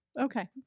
Okay